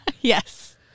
yes